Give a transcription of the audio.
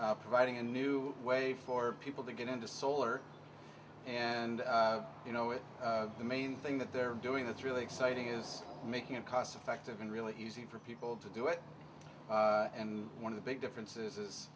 and providing a new way for people to get into solar and you know it the main thing that they're doing that's really exciting is making it cost effective and really easy for people to do it and one of the big differences is